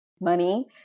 money